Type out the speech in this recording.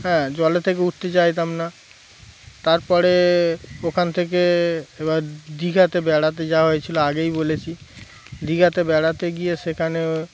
হ্যাঁ জলে থেকে উঠতে চাইতাম না তারপরে ওখান থেকে এবার দীঘাতে বেড়াতে যাওয়া হয়েছিলো আগেই বলেছি দীঘাতে বেড়াতে গিয়ে সেখানে